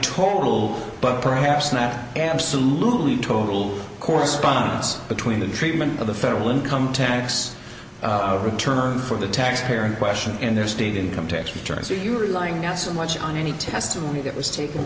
total but perhaps not absolutely total correspondence between the treatment of the federal income tax return for the taxpayer in question and their state income tax returns are you relying on so much on any testimony that